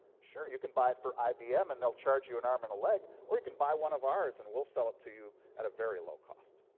sure, you can buy it from ibm and they'll charge you an arm and a leg or you can buy one of ours and we'll sell it to you at a very low cost.